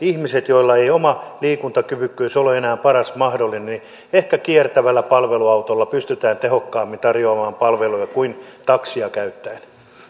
ihmisille joilla ei oma liikuntakyvykkyys ole enää paras mahdollinen ehkä kiertävällä palveluautolla pystytään tehokkaammin tarjoamaan palveluja kuin taksia käyttäen